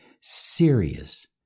serious